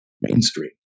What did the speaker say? mainstream